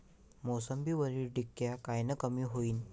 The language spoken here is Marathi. मोसंबीवरील डिक्या कायनं कमी होईल?